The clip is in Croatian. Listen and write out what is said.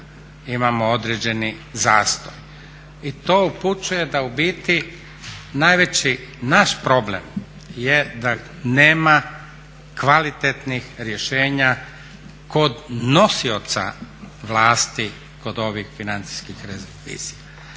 Imamo određeni zastoj i to upućuje da u biti najveći naš problem je da nema kvalitetnih rješenja kod nosioca vlasti kod ovih financijskih revizija.